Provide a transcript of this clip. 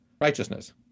righteousness